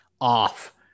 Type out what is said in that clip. off